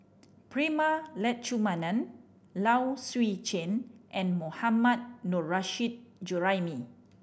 Prema Letchumanan Low Swee Chen and Mohammad Nurrasyid Juraimi